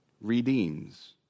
redeems